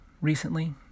recently